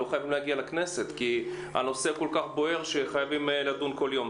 לא חייבים להגיע לכנסת הנושא כל כך בוער שחייבים לדון כל יום.